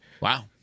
Wow